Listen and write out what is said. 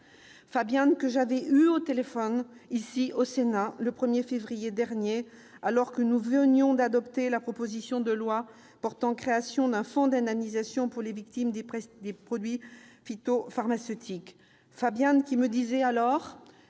Fabian, que j'avais eu au téléphone, ici au Sénat, le 1 février dernier, alors que nous venions d'adopter la proposition de loi portant création d'un fonds d'indemnisation des victimes des produits phytopharmaceutiques ; Fabian qui me disait alors